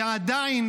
כי עדיין,